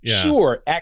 Sure